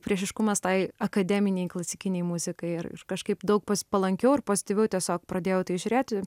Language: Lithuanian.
priešiškumas tai akademinei klasikinei muzikai iš kažkaip daug palankiau ir pozityviau tiesiog pradėjau į tai žiūrėti